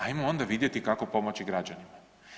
Ajmo onda vidjeti kako pomoći građanima.